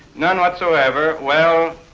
none whatsoever. well,